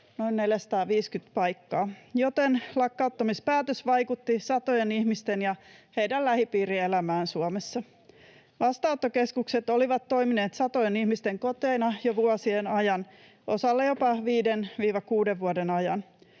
noin 450 paikkaa, joten lakkauttamispäätös vaikutti satojen ihmisten ja heidän lähipiirinsä elämään Suomessa. Vastaanottokeskukset ovat toimineet satojen ihmisten koteina jo vuosien ajan, osalle jopa 5—6 vuoden ajan.